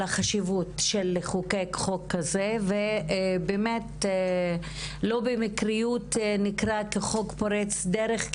החשיבות לחוקק חוק כזה ולא במקרה הוא נקרא חוק פורץ דרך,